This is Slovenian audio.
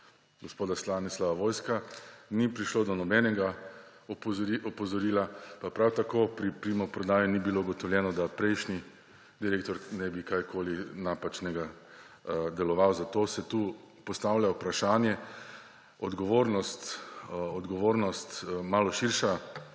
gospoda Stanislava Vojska, ni prišlo do nobenega opozorila, pa prav tako pri primopredaji ni bilo ugotovljeno, da prejšnji direktor ne bi kakorkoli napačno deloval. Zato se tu postavlja vprašanje o odgovornosti, malo širši